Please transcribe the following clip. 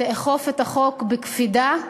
תאכוף את החוק בקפידה,